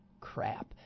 crap